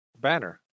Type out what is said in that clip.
banner